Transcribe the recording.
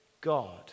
God